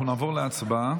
אנחנו נעבור להצבעה.